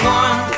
one